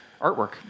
artwork